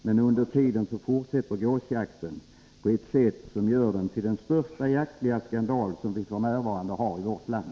Men under tiden fortsätter gåsjakten på ett sätt som gör den till den största jaktliga skandal som vi f.n. har i vårt land.